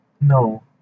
No